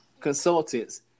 consultants